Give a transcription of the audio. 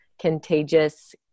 contagious